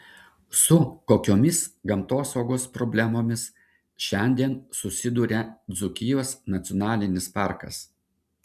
su kokiomis gamtosaugos problemomis šiandien susiduria dzūkijos nacionalinis parkas